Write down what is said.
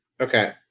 Okay